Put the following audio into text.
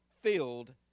filled